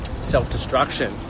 self-destruction